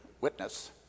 witness